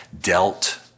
dealt